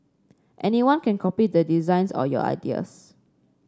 anyone can copy the designs or your ideas